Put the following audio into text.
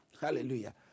Hallelujah